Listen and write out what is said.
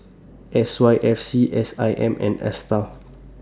S Y F C S I M and ASTAR